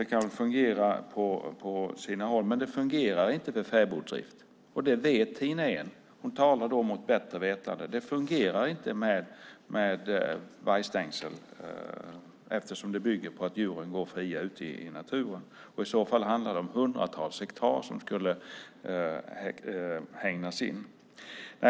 Det kan väl fungera på sina håll, men det fungerar inte vid fäboddrift. Det vet Tina Ehn, och hon talar därför mot bättre vetande. Det fungerar inte med vargstängsel eftersom fäboddriften bygger på att djuren går fria ute i naturen. I så fall skulle det handla om hundratals hektar som behövde hägnas in.